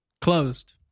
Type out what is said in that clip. Closed